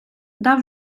дав